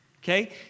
Okay